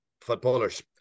footballers